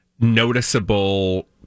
noticeable